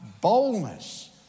boldness